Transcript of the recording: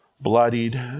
Bloodied